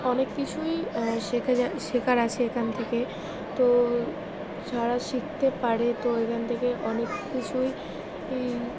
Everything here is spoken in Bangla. অনেক কিছুই শেখা যায় শেখার আছে এখান থেকে তো যারা শিখতে পারে তো এখান থেকে অনেক কিছুই